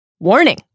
Warning